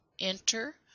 ENTER